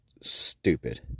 stupid